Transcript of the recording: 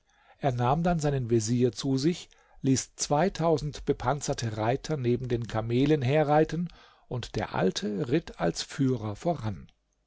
er nahm dann seinen vezier zu sich ließ zweitausend bepanzerte reiter neben den kamelen herreiten und der alte ritt als führer voran